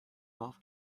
golf